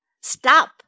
stop